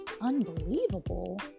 unbelievable